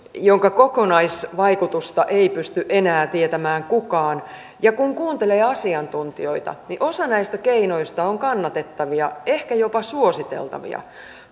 jonka kokonaisvaikutusta ei pysty enää tietämään kukaan kun kuuntelee asiantuntijoita niin osa näistä keinoista on kannatettavia ehkä jopa suositeltavia